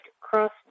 cross